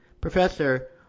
Professor